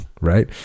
Right